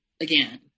again